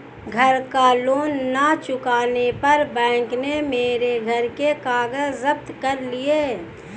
घर का लोन ना चुकाने पर बैंक ने मेरे घर के कागज जप्त कर लिए